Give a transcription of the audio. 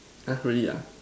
have already ah